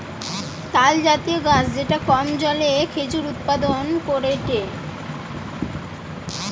তালজাতীয় গাছ যেটা কম জলে খেজুর উৎপাদন করেটে